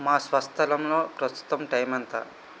మా స్వస్థలంలో ప్రస్తుతం టైం ఎంత